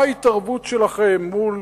מה ההתערבות שלכם מול